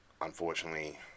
unfortunately